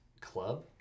club